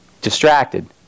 distracted